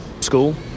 school